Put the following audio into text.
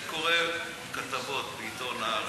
אני קורא כתבות בעיתון "הארץ"